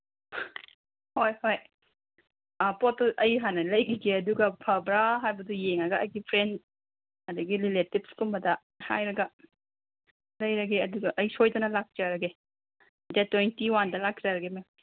ꯍꯣꯏ ꯍꯣꯏ ꯑꯥ ꯄꯣꯠꯇꯨ ꯑꯩ ꯍꯥꯟꯅ ꯂꯩꯒꯤꯒꯦ ꯑꯗꯨꯒ ꯐꯕ꯭ꯔꯥ ꯍꯥꯏꯕꯗꯨ ꯌꯦꯡꯉꯒ ꯑꯩꯒꯤ ꯐ꯭ꯔꯦꯟ ꯑꯗꯒꯤ ꯔꯤꯂꯦꯇꯤꯞꯁꯀꯨꯝꯕꯗ ꯍꯥꯏꯔꯒ ꯂꯩꯔꯒꯦ ꯑꯗꯨꯒ ꯑꯩ ꯁꯣꯏꯗꯅ ꯂꯥꯛꯆꯔꯒꯦ ꯗꯦꯠ ꯇ꯭ꯋꯦꯟꯇꯤ ꯋꯥꯟꯗ ꯂꯥꯛꯆꯔꯒꯦ ꯃꯦꯝ